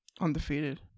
Undefeated